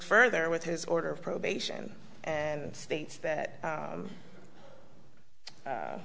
further with his order of probation and states that